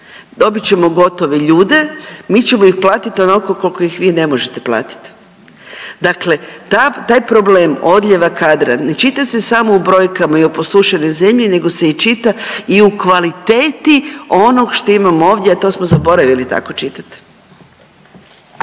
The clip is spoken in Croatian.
dobit ćemo gotove ljude, mi ćemo ih platit onolko kolko ih vi ne možete platit. Dakle ta, taj problem odljeva kadra ne čita se samo u brojkama i opustošenoj zemlji nego se i čita i u kvaliteti onog što imamo ovdje a to smo zaboravili tako čitat.